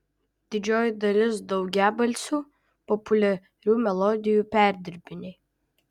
didžioji dalis daugiabalsių populiarių melodijų perdirbiniai